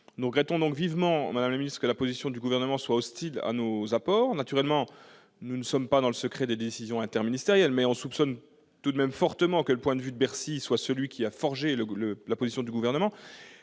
Nous regrettons vivement, madame la ministre, que la position du Gouvernement soit hostile à nos apports. Naturellement, nous ne sommes pas dans le secret des décisions interministérielles, mais nous soupçonnons fortement que le point de vue de Bercy a forgé la position du Gouvernement.